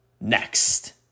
next